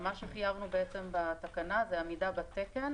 מה שחייבנו בתקנה זה עמידה בתקן,